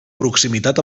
proximitat